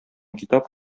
китап